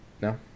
No